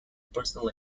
personal